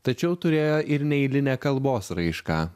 tačiau turėjo ir neeilinę kalbos raišką